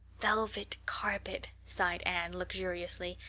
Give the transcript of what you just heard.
velvet carpet, sighed anne luxuriously,